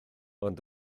ond